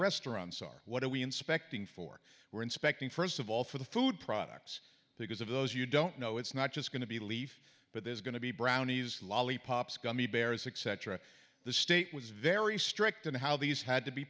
restaurants are what are we inspecting for were inspecting first of all for the food products because of those you don't know it's not just going to be leaf but there's going to be brownies lollipops gummy bears except for the state was very strict and how these had to be